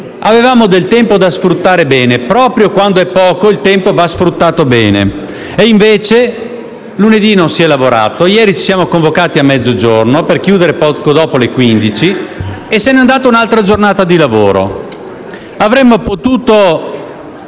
Avevamo del tempo da sfruttare bene. Proprio quando è poco, il tempo va sfruttato bene. E, invece, lunedì non si è lavorato, mentre ieri ci siamo convocati a mezzogiorno per chiudere poco dopo le ore 15 e se ne è andata un'altra giornata di lavoro. Avremmo potuto